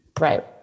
Right